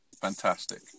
Fantastic